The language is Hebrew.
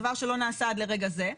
דבר שלא התבצע עד לרגע זה,